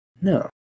No